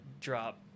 drop